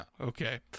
Okay